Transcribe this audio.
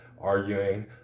arguing